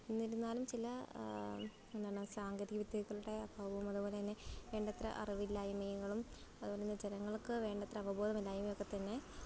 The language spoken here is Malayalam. എന്നിരുന്നാലും ചില എന്താണ് സാങ്കേതിക വിദ്യകളുടെ അഭാവവും അതുപോലെ തന്നെ വേണ്ടത്ര അറിവില്ലായ്മകളും അതുപോലെ തന്നെ ജനങ്ങൾക്ക് വേണ്ടത്ര അവബോധമില്ലായ്മയൊക്കെ തന്നെ